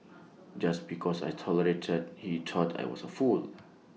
just because I tolerated he thought I was A fool